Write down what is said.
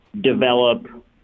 develop